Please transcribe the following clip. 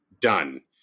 done